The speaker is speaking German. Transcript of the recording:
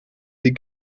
sie